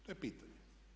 To je pitanje.